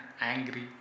angry